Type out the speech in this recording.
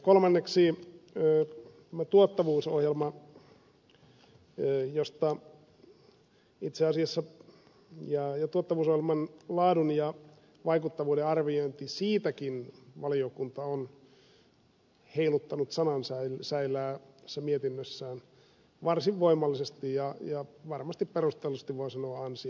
kolmanneksi tulee esiin tämä tuottavuusohjelma ja tuottavuusohjelman laadun ja vaikuttavuuden arviointi josta itse asiassa siitäkin valiokunta on heiluttanut sanansäilää tässä mietinnössään varsin voimallisesti ja varmasti perustellusti voi sanoa ansiokkaasti